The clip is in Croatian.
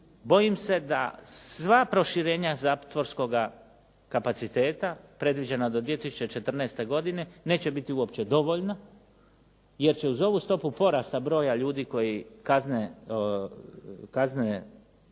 bojim se da sva proširenja zatvorskoga kapaciteta predviđena do 2014. godine neće biti uopće dovoljno, jer će uz ovu stopu porasta broja ljudi koji kazne